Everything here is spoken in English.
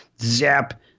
Zap